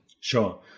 Sure